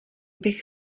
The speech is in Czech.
bych